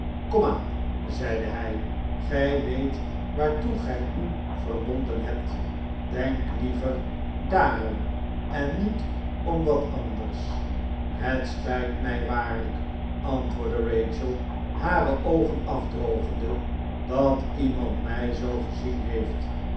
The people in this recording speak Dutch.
komaan zeide hij gij weet waartoe gij u verbonden hebt denk liever daarom en niet om wat anders het spijt mij waarlijk antwoordde rachel hare oogen afdrogende dat iemand mij zoo gezien heeft